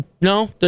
No